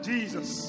Jesus